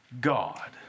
God